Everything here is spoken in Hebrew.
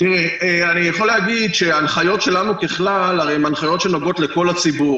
אני יכול להגיד שההנחיות שלנו ככלל הן הרי הנחיות שנוגעות לכל הציבור.